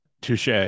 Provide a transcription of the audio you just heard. Touche